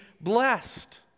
blessed